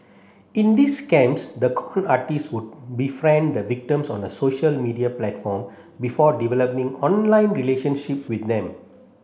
in these scams the con artists would befriend the victims on social media platform before developing online relationships with them